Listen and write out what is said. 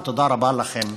תודה רבה לכם.